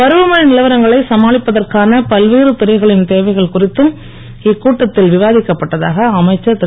பருவமழை நிலவரங்களை சமாளிப்பதற்கான பல்வேறு துறைகளின் தேவைகள் குறித்தும் இக்கூட்டத்தில் விவாதிக்கப்பட்டதாக அமைச்சர் திரு